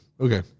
Okay